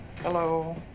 hello